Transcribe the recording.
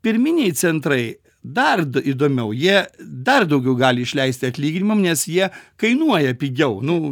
pirminiai centrai dar įd įdomiau jie dar daugiau gali išleisti atlyginimam nes jie kainuoja pigiau nu